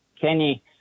Kenny